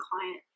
client